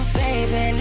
baby